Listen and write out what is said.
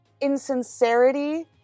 insincerity